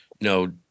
no